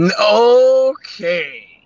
Okay